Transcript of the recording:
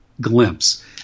Glimpse